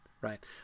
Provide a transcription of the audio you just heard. right